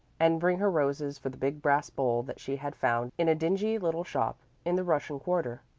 and bring her roses for the big brass bowl that she had found in a dingy little shop in the russian quarter.